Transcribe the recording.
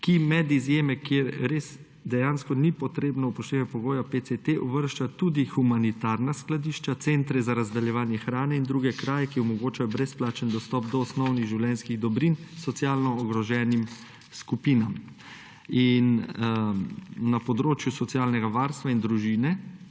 ki med izjeme, kjer res dejansko ni potrebno upoštevati pogoja PCT, uvršča tudi humanitarna skladišča, centre za razdeljevanje hrane in druge kraje, ki omogočajo brezplačen dostop do osnovnih življenjskih dobrin socialno ogroženim skupinam. Na področju socialnega varstva in družine